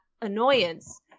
annoyance